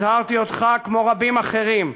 הזהרתי אותך, כמו רבים אחרים,